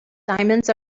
diamonds